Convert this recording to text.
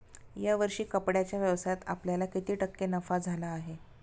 या वर्षी कपड्याच्या व्यवसायात आपल्याला किती टक्के नफा झाला आहे?